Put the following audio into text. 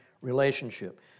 relationship